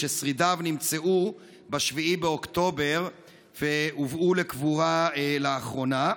שרידיו נמצאו ב-7 באוקטובר והובאו לקבורה לאחרונה.